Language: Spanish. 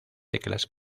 teclas